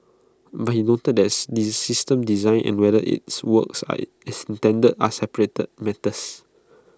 but he noted that's this system's design and whether its works as intended are separate matters